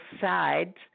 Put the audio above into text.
sides